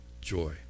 joy